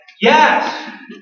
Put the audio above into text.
Yes